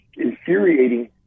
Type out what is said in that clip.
infuriating